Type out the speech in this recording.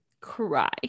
cry